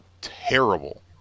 terrible